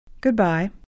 Goodbye